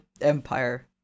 empire